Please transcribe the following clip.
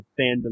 fandom